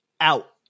out